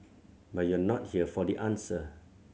but you're not here for the answer